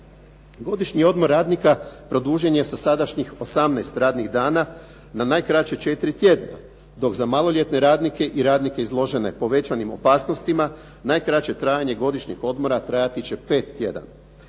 Godišnji odmor radnika produžen je sa sadašnjih 18 radnih dana na najkraće četiri tjedna dok za maloljetne radnike i radnike izložene povećanim opasnostima najkraće trajanje godišnjeg odmora trajati će pet tjedana.